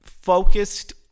focused